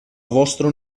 vostro